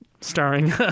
starring